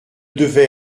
devait